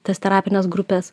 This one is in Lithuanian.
tas terapines grupes